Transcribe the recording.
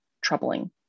troubling